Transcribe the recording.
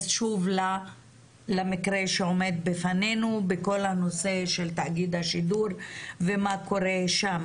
שוב למקרה שעומד בפנינו בכל הנושא של תאגיד השידור ומה קורה שם.